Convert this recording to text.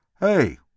Hey